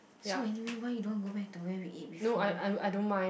so anyway why you don't want to go back to where we eat before